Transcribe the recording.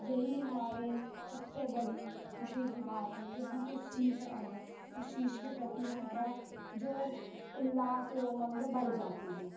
यही हमारी सबसे बड़ी ख़ुशी की बात है कि हम कुछ सीख रहे हैं उस चीज़ के प्रति हमारा जो उल्लास है उमन्ग है बढ़ जाता है